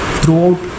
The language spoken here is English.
throughout